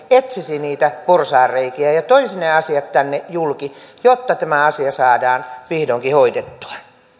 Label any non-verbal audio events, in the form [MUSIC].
[UNINTELLIGIBLE] etsisi niitä porsaanreikiä ja toisi ne asiat tänne julki jotta tämä asia saadaan vihdoinkin hoidettua arvoisa